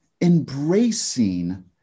embracing